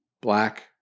black